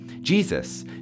Jesus